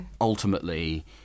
ultimately